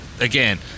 again